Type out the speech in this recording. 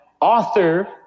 author